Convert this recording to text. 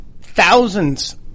thousands